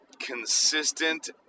consistent